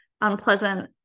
unpleasant